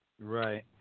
Right